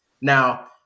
Now